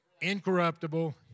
incorruptible